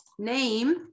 Name